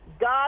God